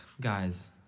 Guys